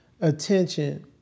attention